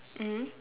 mmhmm